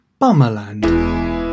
Bummerland